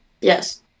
Yes